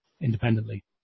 independently